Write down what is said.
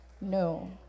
No